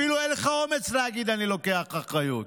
אפילו אין לך אומץ להגיד: אני לוקח אחריות.